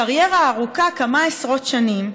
קריירה ארוכה של כמה עשרות שנים.